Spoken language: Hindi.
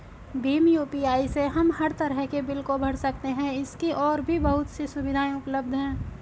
भीम यू.पी.आई से हम हर तरह के बिल को भर सकते है, इसकी और भी बहुत सी सुविधाएं उपलब्ध है